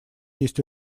есть